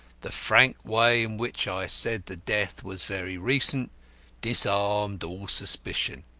the frank way in which i said the death was very recent disarmed all suspicion,